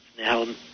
now